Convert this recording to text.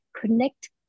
Connect